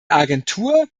agentur